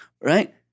Right